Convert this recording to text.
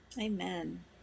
Amen